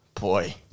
boy